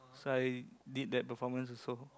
so I did that performance also